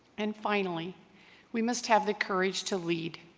and finally we must have the courage to lead